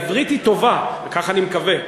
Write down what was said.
העברית היא טובה, כך אני מקווה.